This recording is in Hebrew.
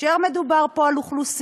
וכאשר מדובר פה על אוכלוסייה